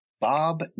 Bob